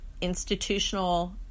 institutional